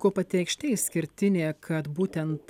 kuo pati aikštė išskirtinė kad būtent